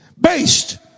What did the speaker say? based